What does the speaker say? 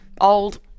old